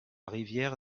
rivière